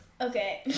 Okay